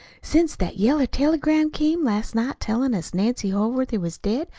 since that yeller telegram came last night tellin' us nancy holworthy was dead,